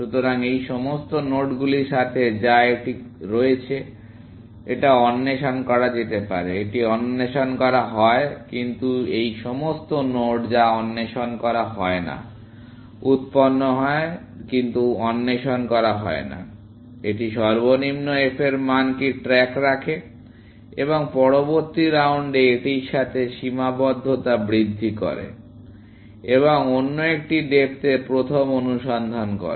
সুতরাং এই সমস্ত নোডগুলির সাথে যা এটি রয়েছে এটা অন্বেষণ করা যেতে পারে এটি অন্বেষণ করা হয় কিন্তু এই সমস্ত নোড যা অন্বেষণ করা হয় না উত্পন্ন হয় কিন্তু অন্বেষণ করা হয় না এটি সর্বনিম্ন f এর মান কী ট্র্যাক রাখে এবং পরবর্তী রাউন্ডে এটির সাথে সীমাবদ্ধতা বৃদ্ধি করে এবং অন্য একটি ডেপ্থ এর প্রথম অনুসন্ধান করে